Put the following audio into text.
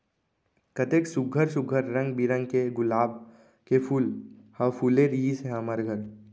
कतेक सुग्घर सुघ्घर रंग बिरंग के गुलाब के फूल ह फूले रिहिस हे हमर घर